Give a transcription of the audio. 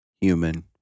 human